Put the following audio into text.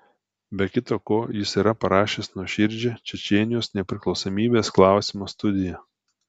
be kita ko jis yra parašęs nuoširdžią čečėnijos nepriklausomybės klausimo studiją